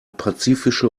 pazifische